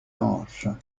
hanches